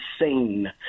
insane